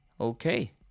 Okay